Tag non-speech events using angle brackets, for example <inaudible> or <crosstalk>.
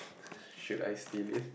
<breath> should I steal it